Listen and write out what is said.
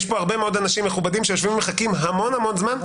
יש פה הרבה מאוד אנשים מכובדים שיושבים ומחכים המון זמן,